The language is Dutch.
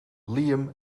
liam